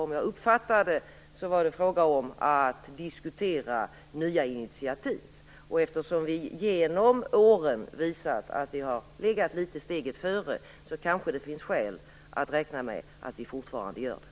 Om jag uppfattade saken rätt gällde det att diskutera nya initiativ. Eftersom vi genom åren har visat att vi har legat litet steget före kanske det finns skäl att räkna med att vi fortfarande gör det.